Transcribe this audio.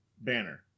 banner